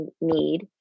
need